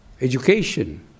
education